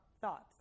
thoughts